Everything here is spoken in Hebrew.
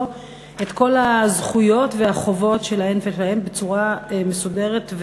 את כל הזכויות והחובות שלהן ושלהם בצורה מסודרת,